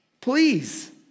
Please